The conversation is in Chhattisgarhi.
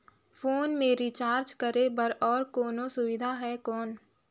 फोन मे रिचार्ज करे बर और कोनो सुविधा है कौन?